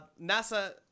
NASA